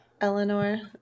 Eleanor